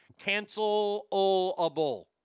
Cancelable